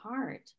heart